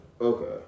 Okay